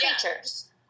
creatures